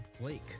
Blake